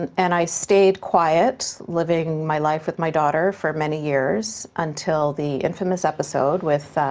and and i stayed quiet, living my life with my daughter for many years, until the infamous episode with